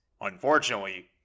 Unfortunately